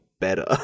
better